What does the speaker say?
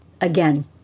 again